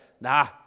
Nah